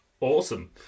awesome